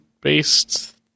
based